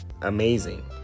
amazing